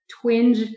twinge